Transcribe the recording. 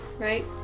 right